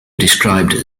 described